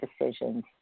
decisions